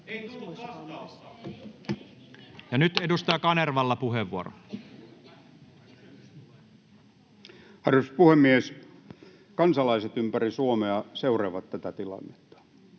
Ei tullut vastausta!] — Nyt edustaja Kanervalla on puheenvuoro. Arvoisa puhemies! Kansalaiset ympäri Suomea seuraavat tätä tilannetta.